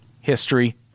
history